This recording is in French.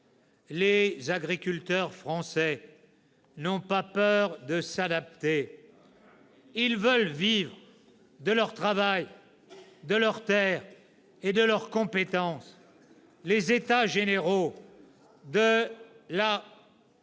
Les agriculteurs français n'ont pas peur de s'adapter. Ils veulent vivre, de leur travail, de leur terre et de leurs compétences. « Les États généraux de